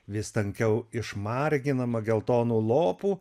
vis tankiau išmarginama geltonų lopų